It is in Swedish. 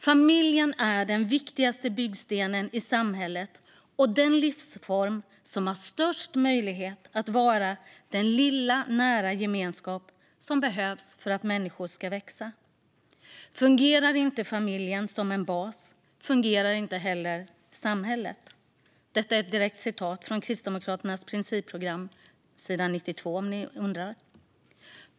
Familjen är "den viktigaste byggstenen i samhället och den livsform som har störst möjlighet att vara den lilla nära gemenskap som behövs för att människor ska växa. Fungerar inte familjen som en bas fungerar inte heller samhället." Detta är ett direkt citat från Kristdemokraternas principprogram; det finns på sidan 92, för den som undrar.